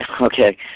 okay